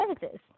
Services